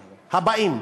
הבאים,